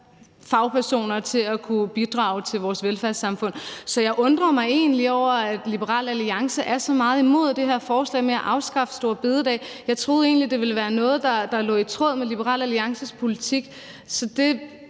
fagpersoner til at kunne bidrage til vores velfærdssamfund. Så jeg undrer mig egentlig over, at Liberal Alliance er så meget imod det her forslag med at afskaffe store bededag. Jeg troede egentlig, at det ville være noget, der lå i tråd med Liberal Alliances politik. Så det